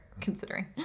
considering